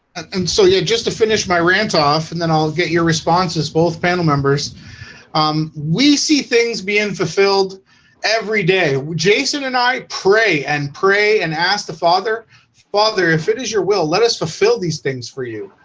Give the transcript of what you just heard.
and so yeah, just to finish my rant off and then i'll get your responses both panel members um we see things being fulfilled every day jason and i pray and pray and ask the father father if it is your will let us fulfill these things for you.